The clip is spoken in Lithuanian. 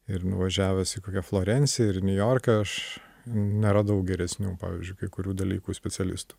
ir nuvažiavęs į kokią florenciją ir niujorką aš neradau geresnių pavyzdžiui kai kurių dalykų specialistų